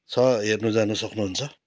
छ हेर्न जान सक्नुहुन्छ